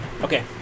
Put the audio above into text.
Okay